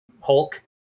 Hulk